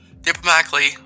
diplomatically